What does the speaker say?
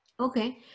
Okay